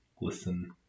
listen